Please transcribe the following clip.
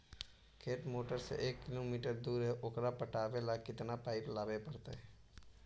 खेत मोटर से एक किलोमीटर दूर है ओकर पटाबे ल केतना पाइप लेबे पड़तै?